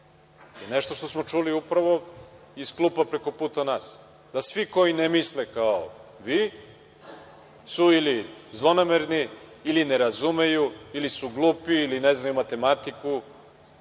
je nešto što smo čuli upravo iz klupa preko puta nas, da svi koji ne misle kao vi, su ili zlonamerni ili ne razumeju, ili su glupi ili ne znaju matematiku